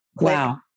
Wow